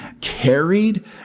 carried